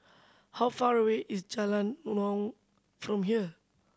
how far away is Jalan Naung from here